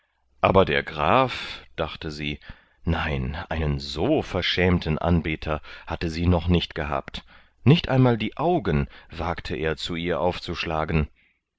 aber der graf dachte sie nein einen so verschämten anbeter hatte sie noch nicht gehabt nicht einmal die augen wagte er zu ihr aufzuschlagen